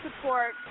support